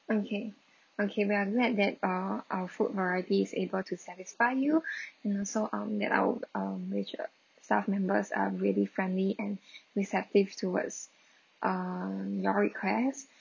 okay okay we are glad that uh our food varieties able to satisfy you you know so um that our um waitre~ staff members are really friendly and receptive towards um your request